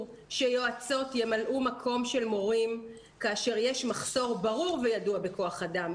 שיועצות ימלאו מקום של מורים כאשר יש מחסור ברור וידוע בכוח אדם.